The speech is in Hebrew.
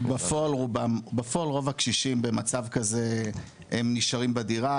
בפועל רוב הקשישים במצב כזה הם נשארים בדירה,